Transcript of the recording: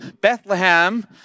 Bethlehem